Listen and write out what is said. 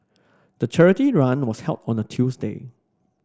the charity run was held on a Tuesday